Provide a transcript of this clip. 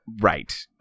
right